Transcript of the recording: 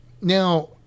Now